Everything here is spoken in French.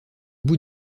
bout